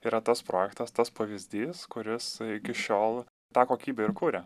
yra tas projektas tas pavyzdys kuris iki šiol tą kokybę ir kuria